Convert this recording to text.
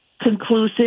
conclusive